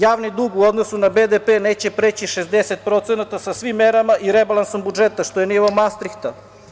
Javni dug u odnosu na BDP neće preći 60% sa svim merama i rebalansom budžeta, što je nivo Mastrihta.